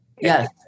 Yes